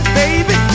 baby